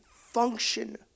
function